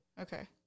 Okay